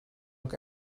ook